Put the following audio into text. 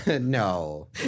No